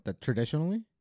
traditionally